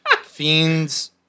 fiends